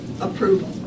approval